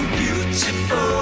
beautiful